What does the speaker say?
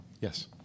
Yes